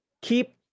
Keep